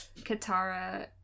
Katara